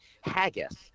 haggis